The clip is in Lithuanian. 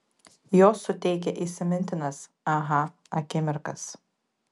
jos suteikia įsimintinas aha akimirkas